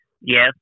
Yes